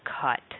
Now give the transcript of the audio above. cut